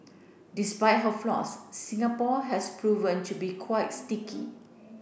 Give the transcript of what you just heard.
despite her flaws Singapore has proven to be quite sticky